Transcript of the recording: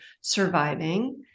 surviving